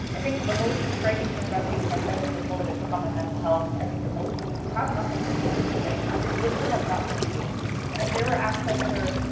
i think the most striking thing about being homeless and the toll that it took on my mental health i think the most was that you have nothing to do during the daytime, you literally have nothing to do. and if there were access for,